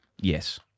yes